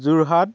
Jorhat